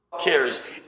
cares